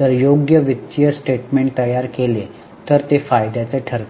जर योग्य वित्तीय स्टेटमेन्ट तयार केले तर ते फायद्याचे ठरते